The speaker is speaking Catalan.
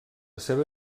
seva